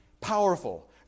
Powerful